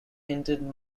entered